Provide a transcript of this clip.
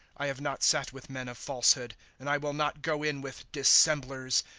i have not sat with men of falsehood. and i will not go in with dissemblers,